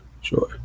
sure